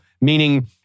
meaning